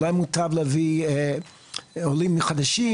אולי מוטב להביא עולים חדשים,